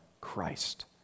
Christ